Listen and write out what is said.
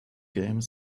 game